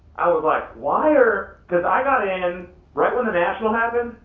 i was like, why are, cause i got in right when the national happened,